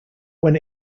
when